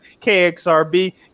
KXRB